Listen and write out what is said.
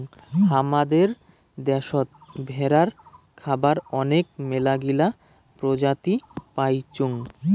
হামাদের দ্যাশোত ভেড়ার খাবার আনেক মেলাগিলা প্রজাতি পাইচুঙ